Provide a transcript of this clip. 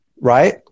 right